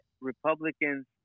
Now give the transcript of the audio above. Republicans